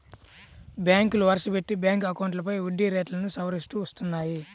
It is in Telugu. బ్యాంకులు వరుసపెట్టి బ్యాంక్ అకౌంట్లపై వడ్డీ రేట్లను సవరిస్తూ వస్తున్నాయి